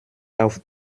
auf